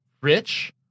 rich